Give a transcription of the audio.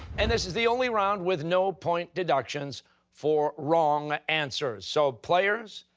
and this is the only round with no point deductions for wrong answers. so players,